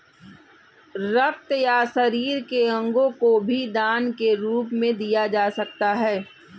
रक्त या शरीर के अंगों को भी दान के रूप में दिया जा सकता है